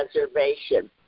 Reservation